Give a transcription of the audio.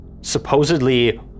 supposedly